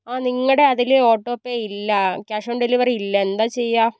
ആ നിങ്ങളുടെ അതില് ഓട്ടോ പേ ഇല്ല ക്യാഷ് ഓൺ ഡെലിവറി ഇല്ല എന്താ ചെയ്യുക